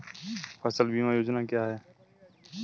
फसल बीमा योजना क्या है?